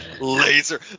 Laser